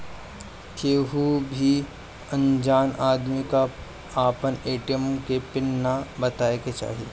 केहू भी अनजान आदमी के आपन ए.टी.एम के पिन नाइ बतावे के चाही